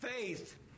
faith